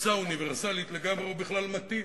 קבוצה אוניברסלית היא בכלל מתאימה.